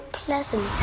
pleasant